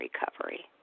recovery